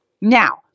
Now